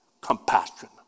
compassion